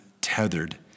tethered